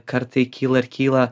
kartai kyla ir kyla